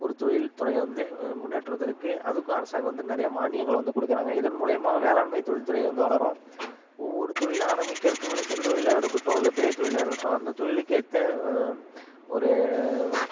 ஒரு தொழில் துறையை வந்து முன்னேற்றுவதற்கு அதுக்கும் அரசாங்கம் வந்து நிறைய மானியங்களை வந்து கொடுக்குறாங்க இதன் மூலியமா வேளாண்மை தொழில் துறை வந்து வளரும் ஒவ்வொரு தொழிலும் ஆரம்பிக்கிறதுக்கும் இல்லை சிறுதொழிலாக இருக்கட்டும் இல்லை பெரிய தொழிலாக இருக்கட்டும் அந்த தொழிலுக்கு ஏற்ற ஒரு